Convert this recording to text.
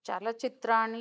चलचित्राणि